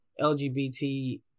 LGBT